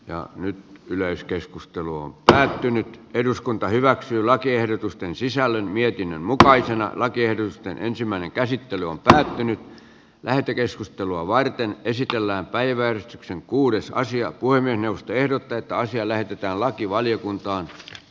ja nyt yleiskeskusteluun päätynyt eduskunta hyväksyy lakiehdotusten sisällön mietinnön mukaisena lakiehdotusten ensimmäinen käsittely on päätynyt lähetekeskustelua varten esitellään päivä on rankkuudessaisia voimien puhemiesneuvosto ehdottaa että asia lähetetään lakivaliokuntaan